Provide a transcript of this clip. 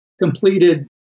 completed